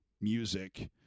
music